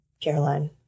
Caroline